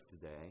today